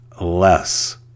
less